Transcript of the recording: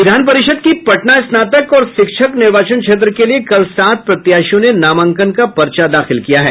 विधान परिषद की पटना स्नातक और शिक्षक निर्वाचन क्षेत्र के लिये कल सात प्रत्याशियों ने नामांकन का पर्चा दाखिल किया है